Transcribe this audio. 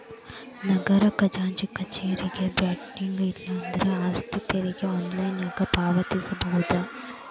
ನಗರ ಖಜಾಂಚಿ ಕಚೇರಿಗೆ ಬೆಟ್ಟ್ಯಾಗಿ ಇಲ್ಲಾಂದ್ರ ಆಸ್ತಿ ತೆರಿಗೆ ಆನ್ಲೈನ್ನ್ಯಾಗ ಪಾವತಿಸಬೋದ